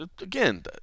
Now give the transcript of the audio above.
again